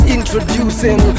Introducing